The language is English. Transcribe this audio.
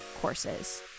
courses